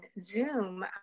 Zoom